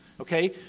okay